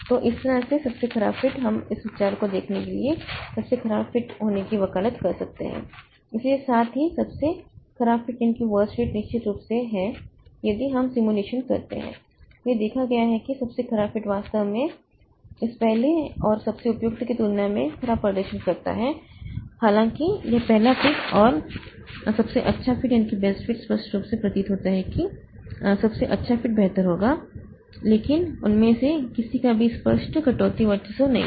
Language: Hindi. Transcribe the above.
तो इस तरह से सबसे खराब फिट हम इस विचार को देखने के लिए सबसे खराब फिट होने की वकालत कर सकते हैं लेकिन साथ ही सबसे खराब फिट निश्चित रूप से है यदि हम सिमुलेशन करते हैं तो यह देखा गया है कि सबसे खराब फिट वास्तव में इस पहले और सबसे उपयुक्त की तुलना में खराब प्रदर्शन करता है हालांकि यह पहला फिट और सबसे अच्छा फिट स्पष्ट रूप से प्रतीत होता है कि सबसे अच्छा फिट बेहतर होगा लेकिन उनमें से किसी का भी स्पष्ट कटौती वर्चस्व नहीं है